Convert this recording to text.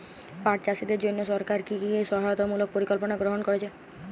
পাট চাষীদের জন্য সরকার কি কি সহায়তামূলক পরিকল্পনা গ্রহণ করেছে?